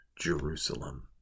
Jerusalem